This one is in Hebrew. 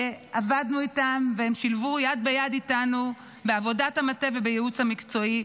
שעבדנו איתם והם שילבו יד ביד איתנו בעבודת המטה ובייעוץ המקצועי.